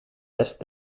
west